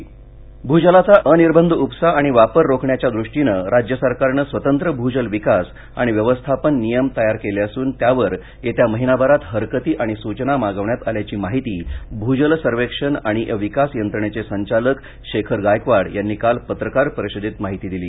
भूजल विकास नियम भूजलाचा अनिर्बंध उपसा आणि वापर रोखण्याच्या दृष्टीनं राज्य सरकारनं स्वतंत्र भूजल विकास आणि व्यवस्थापन नियम तयार केले असुन त्यावर येत्या महिन्याभरात हरकती आणि सूचना मागवण्यात आल्याची माहिती भूजल सर्वेक्षण आणि विकास यंत्रणेचे संचालक शेखर गायकवाड यांनी काल पत्रकार परिषदेत दिली